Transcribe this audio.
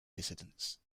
dissidents